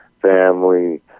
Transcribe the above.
family